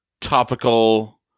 topical